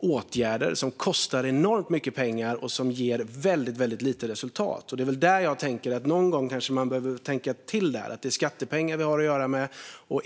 åtgärder som kostar enormt mycket pengar och som ger väldigt lite resultat. Det är där jag tänker att man någon gång kanske behöver tänka till, för det är skattepengar vi har att göra med.